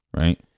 right